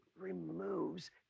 removes